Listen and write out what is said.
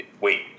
Wait